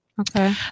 okay